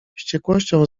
wściekłością